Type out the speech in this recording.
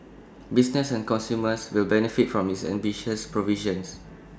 business and consumers will benefit from its ambitious provisions